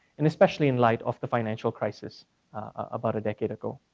and especially in light of the financial crisis about a decade ago.